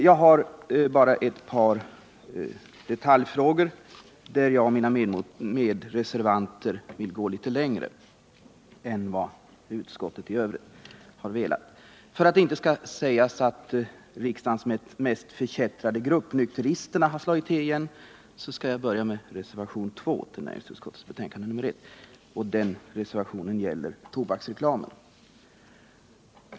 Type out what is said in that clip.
Det är bara i ett par detaljfrågor som jag och mina medreservanter vill gå litet längre än vad utskottet i övrigt har gjort. För att det inte skall sägas att riksdagens mest förkättrade grupp - nykteristerna — har slagit till igen skall jag börja med reservationen 2 i näringsutskottets betänkande nr 1. Denna reservation gäller tobaksreklamen.